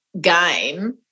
game